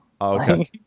Okay